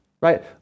right